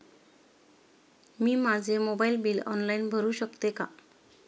मी माझे mobile bill online भरू शकते का?